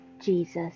Jesus